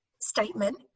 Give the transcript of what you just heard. statement